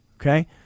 Okay